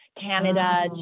Canada